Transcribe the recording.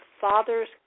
Father's